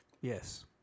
Yes